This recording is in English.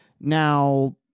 Now